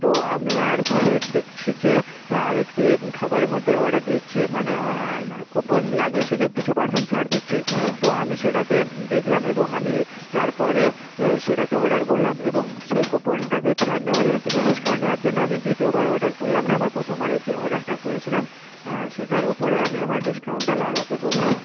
তো আমি আর পরে দেখছি যে আর একটি খাবারের মধ্যে অর্ডার দিচ্ছে মানে কুপন লাগিয়েছে যে কিছু পার্সেন্ট ছাড় দিচ্ছে তো আমি সেটাকে দেখলাম এবং আমি তারপরে সেটাকে অর্ডার করলাম এবং সেই কুপনটাকে ছাড় নেওয়ার জন্য কিছু ডিসকাউন্ট নেওয়ার জন্য আমি দ্বিতীয়বার অর্ডার করলাম না আমার প্রথমবারের যে অর্ডারটা করেছিলাম সেটার ওপরে আমি আমার ডিসকাউন্টটা লাগাতে বললাম